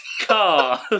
car